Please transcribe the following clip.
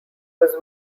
was